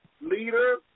leader